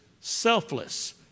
selfless